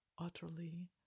utterly